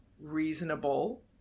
reasonable